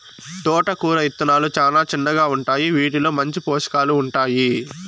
తోటకూర ఇత్తనాలు చానా చిన్నగా ఉంటాయి, వీటిలో మంచి పోషకాలు ఉంటాయి